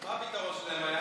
מה היה הפתרון שלהם?